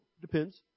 Depends